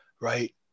right